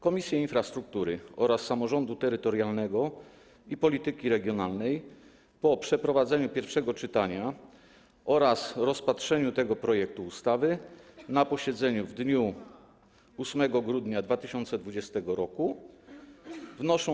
Komisja Infrastruktury oraz Komisja Samorządu Terytorialnego i Polityki Regionalnej po przeprowadzeniu pierwszego czytania oraz rozpatrzeniu tego projektu ustawy na posiedzeniu w dniu 8 grudnia 2020 r. wnoszą: